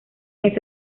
ese